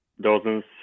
dozens